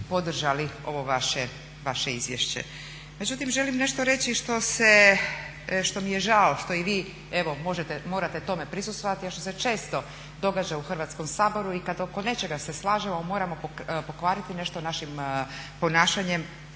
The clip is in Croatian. ovo vaše izvješće. Međutim, želim nešto reći što mi je žao, što i vi morate tome prisustvovati, a što se često događa u Hrvatskom saboru i kad oko nečega se slažemo moramo pokvariti nešto našim ponašanjem